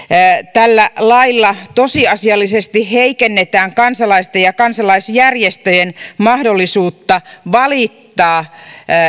tällä lailla tosiasiallisesti heikennetään kansalaisten ja kansalaisjärjestöjen mahdollisuutta valittaa